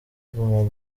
guma